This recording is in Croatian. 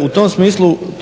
u